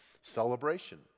celebration